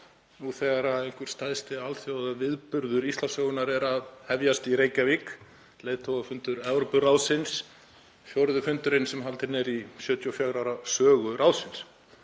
þegar einhver stærsti alþjóðaviðburður Íslandssögunnar er að hefjast í Reykjavík, leiðtogafundur Evrópuráðsins, fjórði fundurinn sem haldinn er í 74 ára sögu ráðsins.